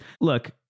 look